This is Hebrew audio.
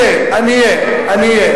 אני אהיה, אני אהיה.